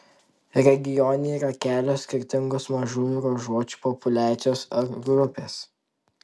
regione yra kelios skirtingos mažųjų ruožuočių populiacijos ar grupės